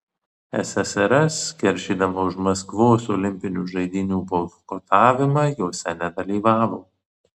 ssrs keršydama už maskvos olimpinių žaidynių boikotavimą jose nedalyvavo